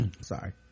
Sorry